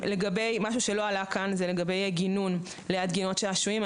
משהו שלא עלה כאן הוא נושא הגינון ליד גינות שעשועים.